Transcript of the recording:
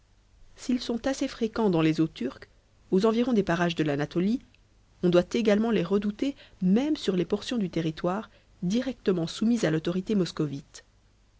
s'ils sont assez fréquents dans les eaux turques aux environs des parages de l'anatolie on doit également les redouter même sur les portions du territoire directement soumis à l'autorité moscovite